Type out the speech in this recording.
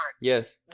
Yes